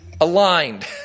aligned